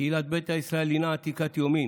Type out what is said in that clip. קהילת ביתא ישראל הינה עתיקת יומין.